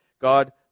God